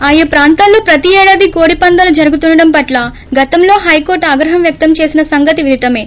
ఆయా ప్రాంతాల్లో ప్రతి ఏడాది కోడిపందేలు జరుగు తుండడం పట్ల గతంలో హై కోర్ట్ ఆగ్రహం వ్యక్తం చేసిన సంగతి విదితమే